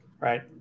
Right